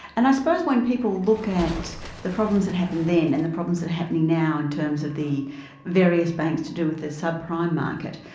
and i suppose when people look at the problems that happened then, and the problems that are happening now in terms of the various banks to do with the subprime market,